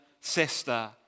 sister